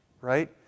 Right